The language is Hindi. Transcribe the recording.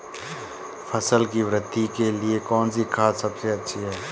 फसल की वृद्धि के लिए कौनसी खाद सबसे अच्छी है?